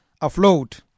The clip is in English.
afloat